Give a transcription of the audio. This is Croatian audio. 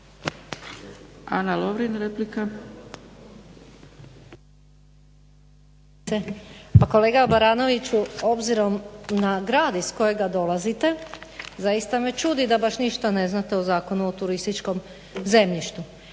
Ana Lovrin, replika.